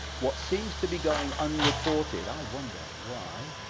what seems to be going unreported, i wonder why?